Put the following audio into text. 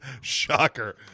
Shocker